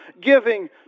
giving